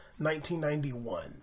1991